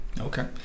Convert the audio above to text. Okay